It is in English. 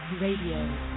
Radio